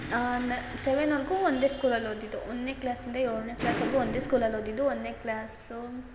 ಸೆವೆನ್ವರೆಗೂ ಒಂದೇ ಸ್ಕೂಲಲ್ಲಿ ಓದಿದ್ದು ಒಂದನೇ ಕ್ಲಾಸಿಂದ ಏಳನೇ ಕ್ಲಾಸ್ವರೆಗೂ ಒಂದೇ ಸ್ಕೂಲಲ್ಲಿ ಓದಿದ್ದು ಒಂದನೇ ಕ್ಲಾಸು